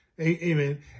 amen